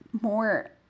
more